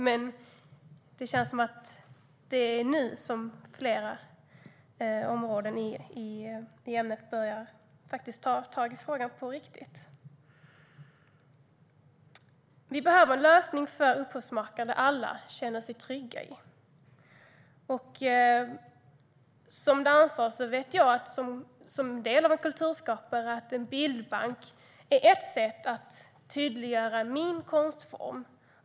Men det känns som att det är nu som man på flera områden börjar ta tag i den på riktigt. För upphovsmakarna behövs en lösning som alla känner sig trygga i. Som dansare och kulturskapare vet jag att en bildbank är ett sätt att tydliggöra min konstform.